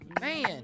Man